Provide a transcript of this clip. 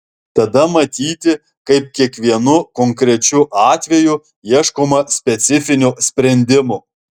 tada matyti kaip kiekvienu konkrečiu atveju ieškoma specifinio sprendimo